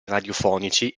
radiofonici